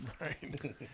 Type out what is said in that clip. Right